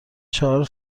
چهار